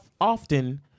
often